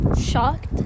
shocked